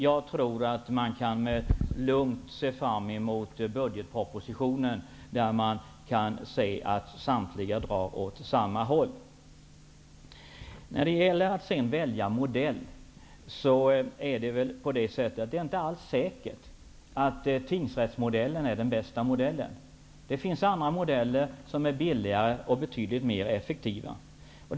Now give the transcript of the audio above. Jag tror att vi lugnt kan se fram emot budgetpropositionen - vi kommer då säkerligen att finna att alla regeringspartier drar åt samma håll. Vad beträffar valet av modell är det inte alls säkert att tingsrättsmodellen är den bästa. Det finns andra modeller som är billigare och betydligt mer effektiva.